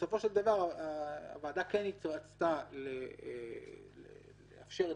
בסופו של דבר הוועדה התרצתה לאפשר את